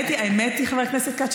חבר הכנסת כץ,